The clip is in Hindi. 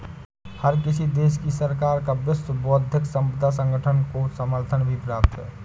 हर किसी देश की सरकार का विश्व बौद्धिक संपदा संगठन को समर्थन भी प्राप्त है